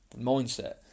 mindset